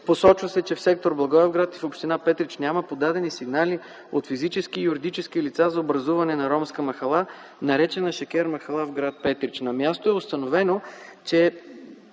Посочва се, че в сектор Благоевград и в община Петрич няма подадени сигнали от физически и юридически лица за образуване на ромска махала, наречена „Шекер махала”, в град Петрич. На място е установено, че